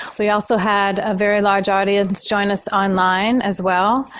we also had a very large audience join us online as well.